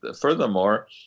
furthermore